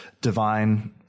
divine